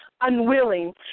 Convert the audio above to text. unwilling